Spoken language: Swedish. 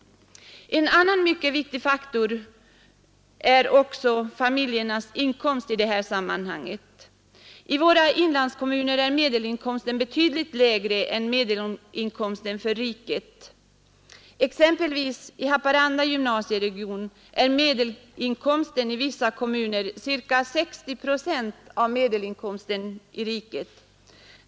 En annan mycket viktig faktor i sammanhanget är familjernas inkomster. I våra inlandskommuner är medelinkomsten betydligt lägre än medelinkomsten för riket. Exempelvis i Haparanda gymnasieregion är medelinkomsten i vissa kommuner ca 60 procent av medelinkomsten i riket.